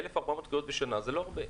1,400 קריאות בשנה זה לא הרבה.